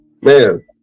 man